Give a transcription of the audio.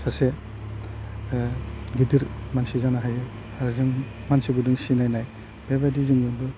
सासे गिदिर मानसि जानो हायो आरो जों मानसिफोरजों सिनायनाय बेबायदि जोङो